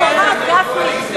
אתה כוכב, גפני.